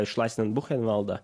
išlaisvinant buchenvaldą